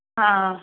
ആ